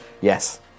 Yes